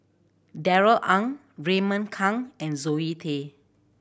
Darrell Ang Raymond Kang and Zoe Tay